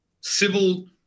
civil